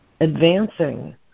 advancing